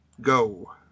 go